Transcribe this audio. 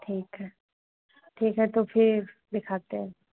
ठीक है ठीक है तो फिर दिखाते हैं